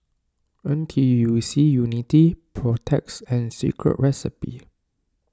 N T U C Unity Protex and Secret Recipe